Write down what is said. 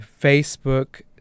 Facebook